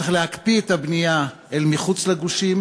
צריך להקפיא את הבנייה מחוץ לגושים